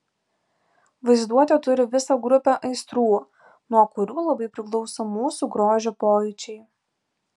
vaizduotė turi visą grupę aistrų nuo kurių labai priklauso mūsų grožio pojūčiai